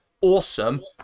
awesome